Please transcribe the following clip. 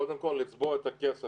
קודם כול, לצבוע את הכסף.